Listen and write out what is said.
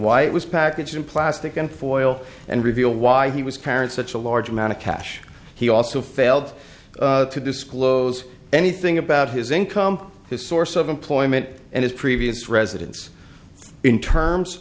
why it was packaged in plastic and for oil and reveal why he was current such a large amount of cash he also failed to disclose anything about his income his source of employment and his previous residence in terms